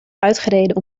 uitgereden